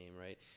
right